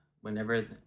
whenever